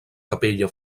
capella